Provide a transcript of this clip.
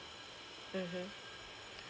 mmhmm